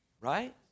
Right